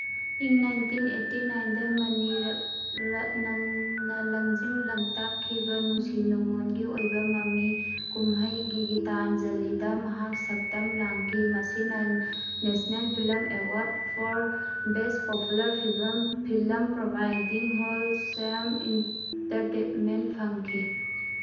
ꯏꯪ nineteen eighty ꯅꯥꯏꯟꯗ ꯃꯅꯤ ꯔꯠꯅꯟꯅ ꯂꯝꯖꯤꯡ ꯂꯝꯇꯥꯛꯈꯤꯕ ꯅꯨꯡꯁꯤ ꯅꯨꯉꯣꯟꯒꯤ ꯑꯣꯏꯕ ꯃꯃꯤ ꯀꯨꯝꯍꯩ ꯒꯤꯇꯥꯟꯖꯂꯤꯗ ꯃꯍꯥꯛ ꯁꯛꯇꯝ ꯂꯥꯡꯈꯤ ꯃꯁꯤꯅ national film award for best popular film providing wholesome entertainment ꯐꯪꯈꯤ